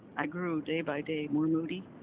i grew, day by day, more moody,